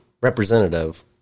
Representative